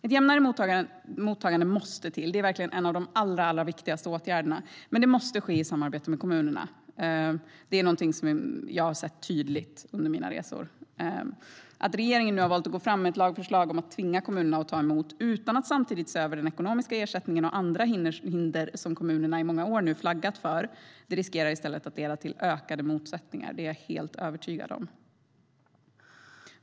Ett jämnare mottagande måste till. Det är en av de allra viktigaste åtgärderna. Men det måste ske i samarbete med kommunerna. Det har jag sett tydligt under mina resor. Att regeringen nu har valt att gå fram med ett lagförslag om att tvinga kommunerna att ta emot, utan att samtidigt se över den ekonomiska ersättningen och andra hinder som kommunerna flaggat för i många år, riskerar i stället att leda till ökade motsättningar. Det är jag helt övertygad om.